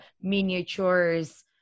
miniatures